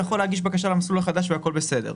יכול להגיש בקשה למסלול החדש והכול בסדר.